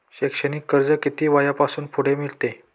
शैक्षणिक कर्ज किती वयापासून पुढे मिळते?